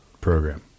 program